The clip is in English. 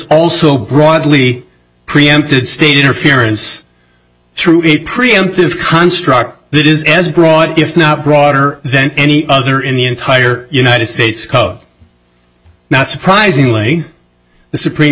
also broadly preempted state interference through a preemptive construct that is as graw if not broader than any other in the entire united states code not surprisingly the supreme